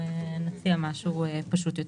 נציע משהו פשוט יותר.